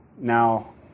Now